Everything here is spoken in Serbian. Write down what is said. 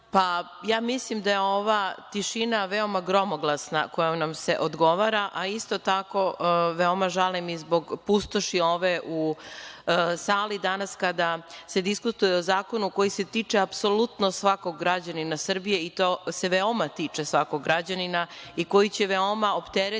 zakona. Mislim da je ova tišina veoma gromoglasna kojom nam se odgovara, a isto tako veoma žalim i zbog pustoši ove u sali danas kada se diskutuje o zakonu koji se tiče apsolutno svakog građanina Srbije i to se veoma tiče svakog građanina i koji će veoma opteretiti